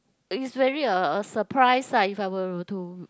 is very a a surprise lah if I were to